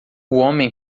homem